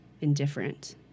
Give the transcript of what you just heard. indifferent